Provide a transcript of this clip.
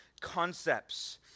concepts